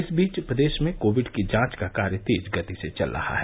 इस बीच प्रदेश में कोविड की जांच का कार्य तेज गति से चल रहा है